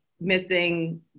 missing